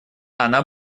она